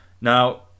Now